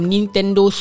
Nintendo